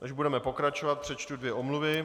Než budeme pokračovat, přečtu dvě omluvy.